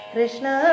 Krishna